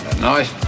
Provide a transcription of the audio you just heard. nice